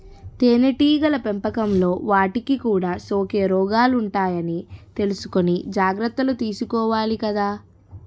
తేనెటీగల పెంపకంలో వాటికి కూడా సోకే రోగాలుంటాయని తెలుసుకుని జాగర్తలు తీసుకోవాలి కదా